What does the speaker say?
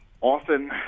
often